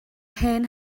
hen